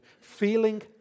feeling